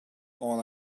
all